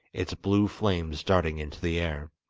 its blue flames darting into the air.